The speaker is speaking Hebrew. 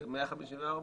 זה 154,